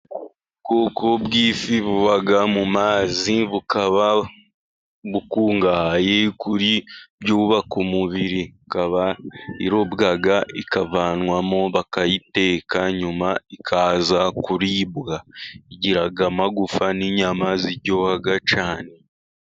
ubwoko bw'ifi buba mu mazi, bukaba bukungahaye ku byubaka umubiri, ikaba irobwa ikavanwamo bakayiteka nyuma ikaza kuribwa ,igira amagufa n'inyama ziryoha cyane.